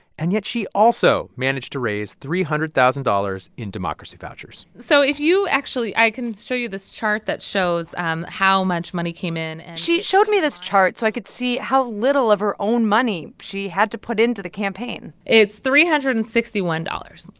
and yet, she also managed to raise three hundred thousand dollars in democracy vouchers so if you actually, i can show you this chart that shows um how much money came in she showed me this chart so i could see how little of her own money she had to put into the campaign it's three hundred and sixty one dollars.